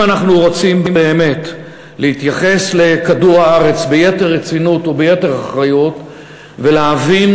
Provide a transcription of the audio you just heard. אם אנחנו רוצים באמת להתייחס לכדור-הארץ ביתר רצינות וביתר אחריות ולהבין